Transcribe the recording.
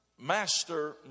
master